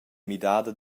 midada